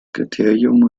kriterium